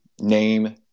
name